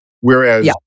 Whereas